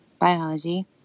biology